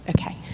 Okay